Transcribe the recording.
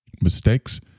mistakes